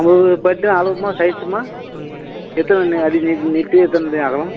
உங்கள் பெட்டு அளவுமா சைஸுமா எத்தனை அடி நீ நீட்டு எத்தனை அடி அகலம்